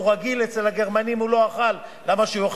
רבותי,